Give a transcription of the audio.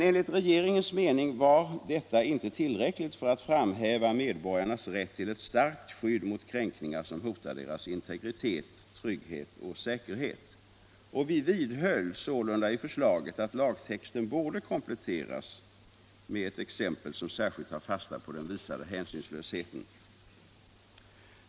Enligt regeringens mening var detta inte tillräckligt för att framhäva medborgarnas rätt till ett starkt skydd mot kränkningar som hotar deras integritet, trygghet och säkerhet. Vi vidhöll sålunda förslaget att lagtexten borde kompletteras med ett exempel som särskilt tar fasta på den visade hänsynslösheten.